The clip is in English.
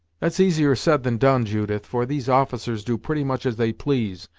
that's easier said than done, judith, for these officers do pretty much as they please.